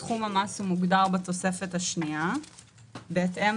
סכום המס מוגדר בתוספת השנייה בהתאם